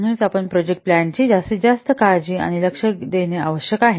म्हणूनच आपण project plan ची जास्तीत जास्त काळजी आणि लक्ष देणे आवश्यक आहे